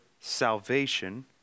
salvation